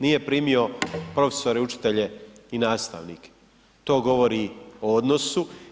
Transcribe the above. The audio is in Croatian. Nije primio profesore, učitelje i nastavnike, to govori o odnosu.